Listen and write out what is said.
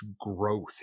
growth